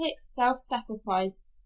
self-sacrifice